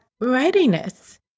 readiness